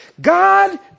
God